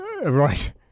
right